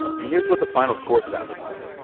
and here's what the final score sounded like